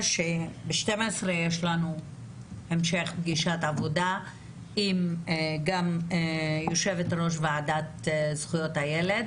ב-12:00 יש לנו המשך פגישת עבודה גם עם יושבת-ראש ועדת זכויות הילד